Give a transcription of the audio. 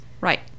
Right